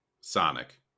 Sonic